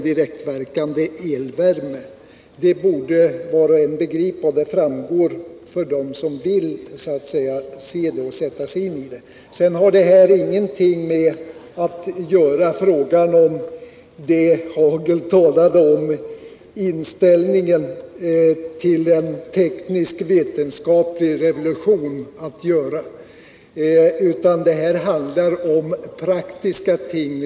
Det borde var och en begripa, och det framgår för den som vill sätta sig in i ämnet. Detta har ingenting att göra med inställningen till en teknisk-vetenskaplig revolution, som Rolf Hagel talade om, utan detta handlar om praktiska ting.